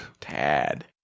Tad